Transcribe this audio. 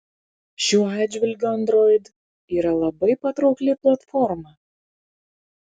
šiuo atžvilgiu android yra labai patraukli platforma